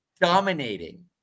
dominating